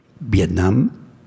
Vietnam